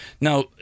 Now